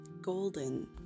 Golden